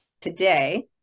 today